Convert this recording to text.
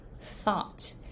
THOUGHT